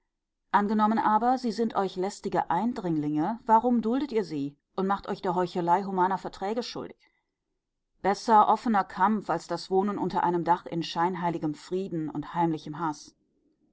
angenommen aber sie sind euch lästige eindringlinge warum duldet ihr sie und macht euch der heuchelei humaner verträge schuldig besser offener kampf als das wohnen unter einem dach in scheinheiligem frieden und heimlichem haß